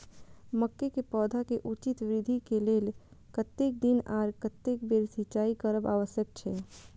मके के पौधा के उचित वृद्धि के लेल कतेक दिन आर कतेक बेर सिंचाई करब आवश्यक छे?